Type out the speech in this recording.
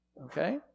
okay